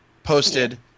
Posted